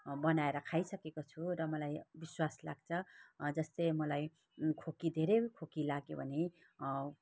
बनाएर खाइसकेको छु र मलाई विश्वास लाग्छ जस्तै मलाई खोकी धेरै खोकी लाग्यो भने